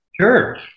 Sure